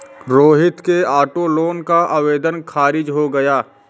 रोहित के auto loan का आवेदन खारिज हो गया